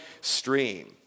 stream